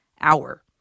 hour